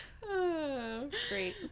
Great